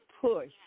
push